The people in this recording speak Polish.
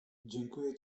dziękuję